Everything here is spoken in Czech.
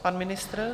Pan ministr?